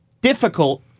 difficult